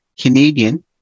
Canadian